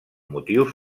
motius